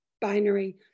binary